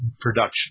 production